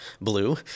Blue